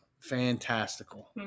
Fantastical